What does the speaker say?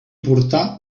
portà